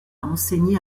enseigné